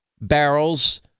barrels